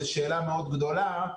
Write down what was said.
זו שאלה מאוד גדולה.